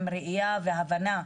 אנחנו ממשיכים דיון ענייני,